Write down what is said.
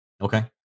Okay